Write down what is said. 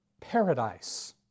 paradise